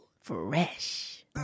Fresh